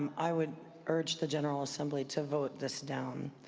i would urge the general assembly to vote this down.